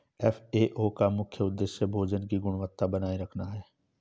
FAO का मुख्य उदेश्य भोजन की गुणवत्ता बनाए रखना है